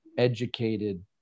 educated